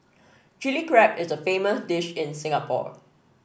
Chilli Crab is a famous dish in Singapore